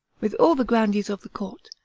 with all the grandees of the court,